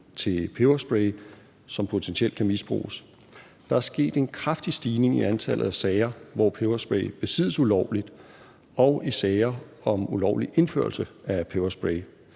til peberspray, som potentielt kan misbruges. Der er sket en kraftig stigning i antallet af sager, hvor peberspray besiddes ulovligt, og i antallet af sager om ulovlig indførelse af peberspray.